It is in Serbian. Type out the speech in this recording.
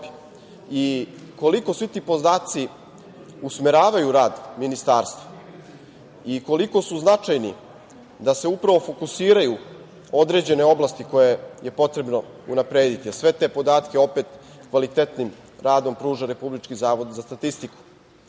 i koliko ti podaci usmeravaju rad Ministarstva i koliko su značajni da se upravo fokusiraju na određene oblasti koje je potrebno unaprediti, jer sve te podatke opet kvalitetnim radom pruža Republički zavod za statistiku.